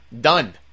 done